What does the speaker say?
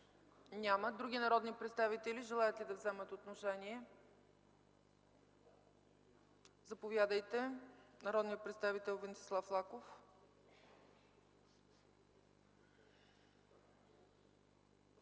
Няма. Други народни представители желаят ли да вземат отношение? Заповядайте – народният представител Венцислав Лаков.